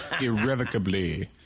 Irrevocably